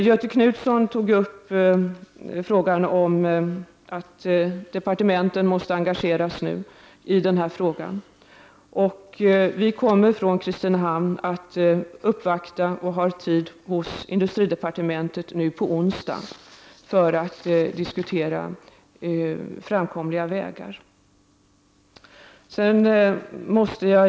Göthe Knutson tog upp att departementen nu måste engagera sig i den här frågan. Vi kommer från Kristinehamn att uppvakta industridepartementet — vi har tid där nu på onsdag — för att diskutera framkomliga vägar.